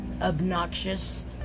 obnoxious